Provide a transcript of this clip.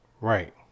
Right